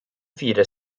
vierer